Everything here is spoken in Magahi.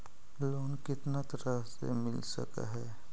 लोन कितना तरह से मिल सक है?